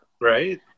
Right